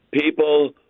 People